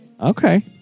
Okay